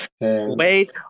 wait